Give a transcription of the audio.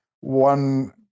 one